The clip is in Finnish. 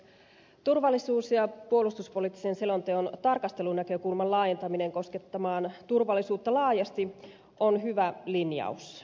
turvallisuus ja puolustuspoliittisen selonteon tarkastelunäkökulman laajentaminen koskettamaan turvallisuutta laajasti on hyvä linjaus